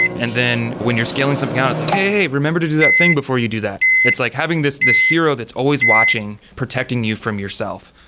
and then when you're scaling something on it's like, hey, hey, hey. remember to do that thing before you do that. it's like having this this hero that's always, watching protecting you from yourself.